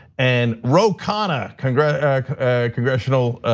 and roe conn, ah congressional like congressional